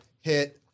hit